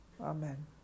amen